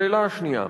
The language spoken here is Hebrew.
השאלה שנייה: